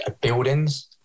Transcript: Buildings